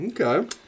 Okay